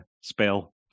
spell